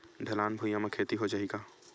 ढलान भुइयां म खेती हो जाही का?